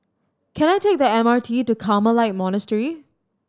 can I take the M R T to Carmelite Monastery